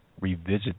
revisit